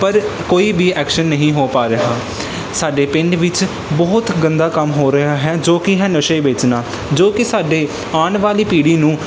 ਪਰ ਕੋਈ ਵੀ ਐਕਸ਼ਨ ਨਹੀਂ ਹੋ ਪਾ ਰਿਹਾ ਸਾਡੇ ਪਿੰਡ ਵਿੱਚ ਬਹੁਤ ਗੰਦਾ ਕੰਮ ਹੋ ਰਿਹਾ ਹੈ ਜੋ ਕਿ ਹੈ ਨਸ਼ੇ ਵੇਚਣਾ ਜੋ ਕਿ ਸਾਡੇ ਆਉਣ ਵਾਲੀ ਪੀੜ੍ਹੀ ਨੂੰ